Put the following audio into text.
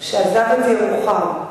סוכן, שעזב את ירוחם.